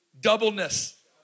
doubleness